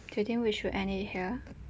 do you think we should end it here